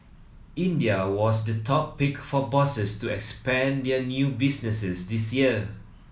India was the top pick for bosses to expand their new businesses this year